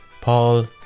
Paul